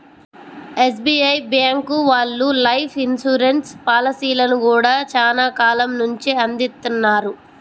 SBI bank వాళ్ళు life insurance పాలసీలను గూడా చానా కాలం నుంచే అందిత్తన్నారు